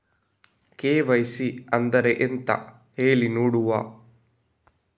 KYC ಅಂದ್ರೆ ಎಂತ ಹೇಳಿ ನೋಡುವ?